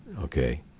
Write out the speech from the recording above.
Okay